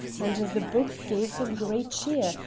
and the book gave him great cheer,